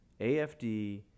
AFD